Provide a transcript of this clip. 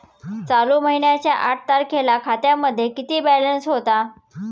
चालू महिन्याच्या आठ तारखेला खात्यामध्ये किती बॅलन्स होता?